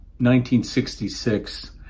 1966